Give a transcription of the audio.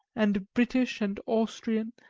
and british, and austrian,